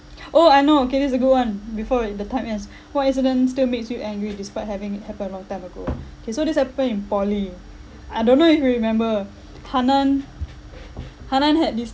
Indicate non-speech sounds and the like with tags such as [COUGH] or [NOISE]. [NOISE] oh I know okay that's a good one before the time ends what incident still makes you angry despite having it happened a long time ago kay so this happened in poly I don't know if you remember hannan hannan had this